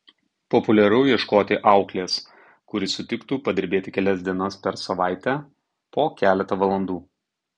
populiaru ieškoti auklės kuri sutiktų padirbėti kelias dienas per savaitę po keletą valandų